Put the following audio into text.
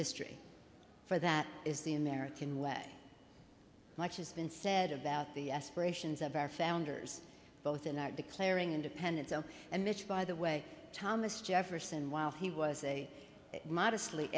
history for that is the american way much has been said about the aspirations of our founders both in our declaring independence oh and mitch by the way thomas jefferson while he was a modestly